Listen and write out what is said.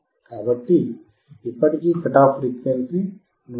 కాబట్టి ఇప్పటికీ cut off frequency 159